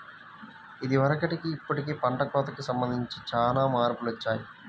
ఇదివరకటికి ఇప్పుడుకి పంట కోతకి సంబంధించి చానా మార్పులొచ్చాయ్